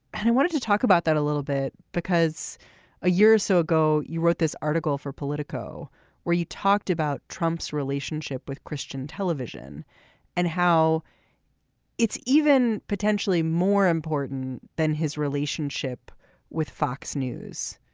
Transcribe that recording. and i wanted to talk about that a little bit because a year or so ago you wrote this article for politico where you talked about trump's relationship with christian television and how it's even potentially more important than his relationship with fox news.